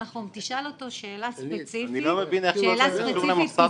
תשאל אותו שאלה ספציפית --- אני לא מבין איך זה קשור למוסד הרב קוק.